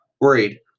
Worried